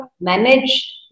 manage